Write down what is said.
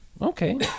okay